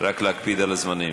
רק להקפיד על הזמנים.